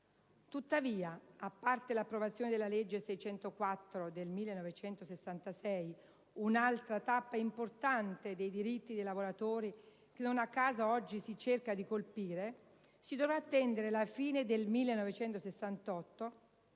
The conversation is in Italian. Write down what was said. Tuttavia, a parte l'approvazione della legge n. 604 del 1966 (un'altra tappa importante dei diritti dei lavoratori che non a caso oggi si cerca di colpire), si dovrà attendere la fine del 1968